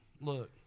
Look